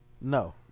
no